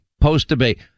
post-debate